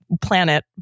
Planet